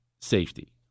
safety